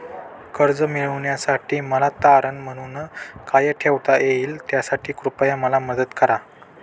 कर्ज मिळविण्यासाठी मला तारण म्हणून काय ठेवता येईल त्यासाठी कृपया मला मदत करा